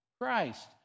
Christ